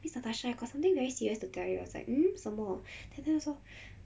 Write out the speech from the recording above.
miss natasha I got something very serious to tell you I was like um 什么 then 他就说